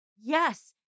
yes